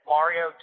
Mario